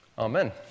Amen